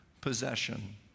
possession